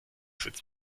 sitzt